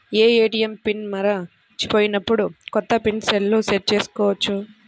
ATM pin మరచిపోయినప్పుడు, కొత్త pin సెల్లో సెట్ చేసుకోవచ్చా?